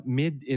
mid